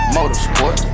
Motorsport